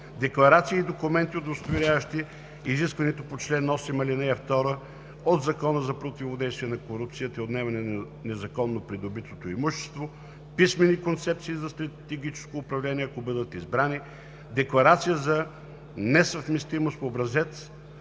декларации и документи, удостоверяващи изискването по чл. 8, ал. 2 от Закона за противодействие на корупцията и за отнемане на незаконно придобитото имущество; писмени концепции за стратегическо управление, ако бъдат избрани; Декларации за несъвместимост по Образец